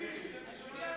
יידיש, אדוני היושב-ראש,